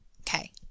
okay